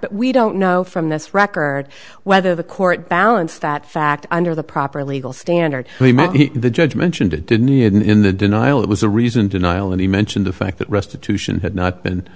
but we don't know from this record whether the court balance that fact under the proper legal standard the judge mentioned it did need in the denial it was a reason denial and he mentioned the fact that restitution had not been